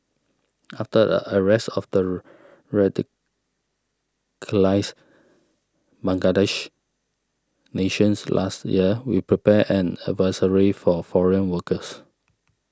after a arrest of their radicalised Bangladeshi nations last year we prepared an advisory for foreign workers